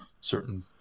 certain